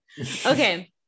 Okay